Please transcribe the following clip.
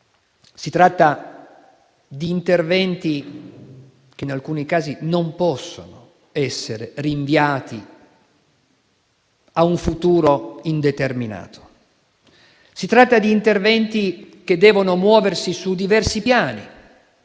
Si tratta di interventi che in alcuni casi non possono essere rinviati a un futuro indeterminato, ma devono muoversi su diversi piani: